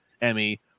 Emmy